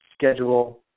schedule